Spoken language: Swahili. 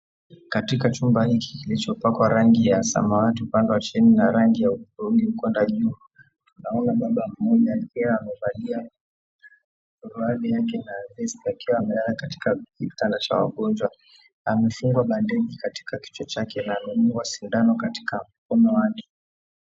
Katika chumba hiki kilichopakwa rangi ya samawati upande wa chini na rangi ya hudhurungi kwenda juu naona baba mmoja akiwa amevalia suruali yake na vest akiwa amelalia katika kitanda cha wagonjwa. Amefungwa bandeji katika kichwa chake na anadungwa sindano katika uume wake.